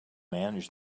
manage